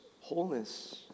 wholeness